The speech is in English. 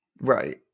Right